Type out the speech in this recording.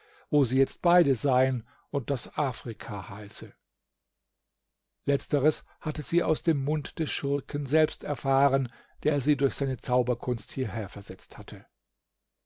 wo sie jetzt beide seien und das afrika heiße letzteres hatte sie aus dem mund des schurken selbst erfahren der sie durch seine zauberkunst hierher versetzt hatte